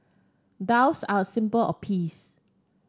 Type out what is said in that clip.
doves are a symbol of peace